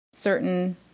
certain